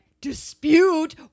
Dispute